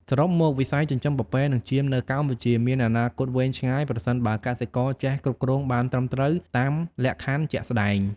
សរុបមក វិស័យចិញ្ចឹមពពែនិងចៀមនៅកម្ពុជាមានអនាគតវែងឆ្ងាយ ប្រសិនបើកសិករចេះគ្រប់គ្រងបានត្រឹមត្រូវតាមលក្ខខណ្ឌជាក់ស្តែង។